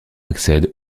accède